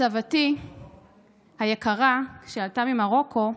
סבתי היקרה, כשעלתה ממרוקו,